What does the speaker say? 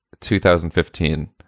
2015